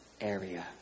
area